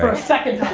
ah second